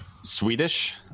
Swedish